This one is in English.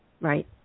Right